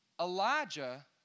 Elijah